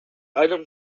item